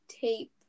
tape